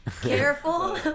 careful